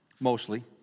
mostly